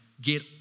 get